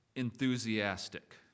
enthusiastic